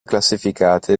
classificate